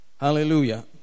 hallelujah